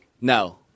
No